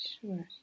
Sure